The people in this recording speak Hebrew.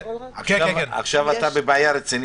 עכשיו אתה בבעיה רצינית...